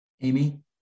Amy